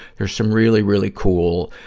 there's some really, really cool,